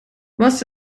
most